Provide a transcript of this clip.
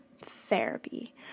therapy